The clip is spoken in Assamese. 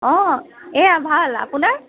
অ' এয়া ভাল আপোনাৰ